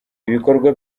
ibikorwa